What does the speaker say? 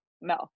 No